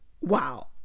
Wow